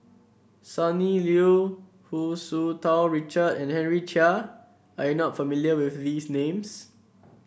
Sonny Liew Hu Tsu Tau Richard and Henry Chia are you not familiar with these names